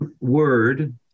word